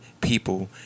people